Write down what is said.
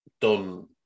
Done